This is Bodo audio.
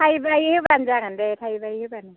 फाइबाय होबानो जागोन बे फाइबाय होबानो